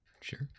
Sure